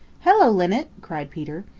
hello, linnet! cried peter.